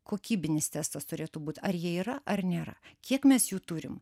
kokybinis testas turėtų būt ar jie yra ar nėra kiek mes jų turim